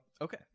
okay